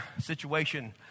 situation